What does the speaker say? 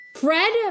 Fred